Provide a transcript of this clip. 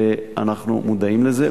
אנחנו מודעים לזה,